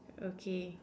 okay